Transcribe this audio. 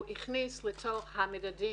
הוא הכניס לתוך המדדים,